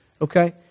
Okay